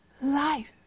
life